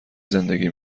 زندگی